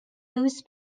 those